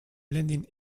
blending